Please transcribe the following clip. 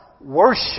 Worship